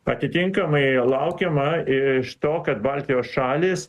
atitinkamai laukiama iš to kad baltijos šalys